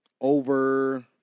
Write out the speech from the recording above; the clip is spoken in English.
Over